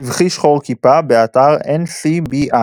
סבכי שחור-כיפה, באתר NCBI